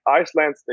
Iceland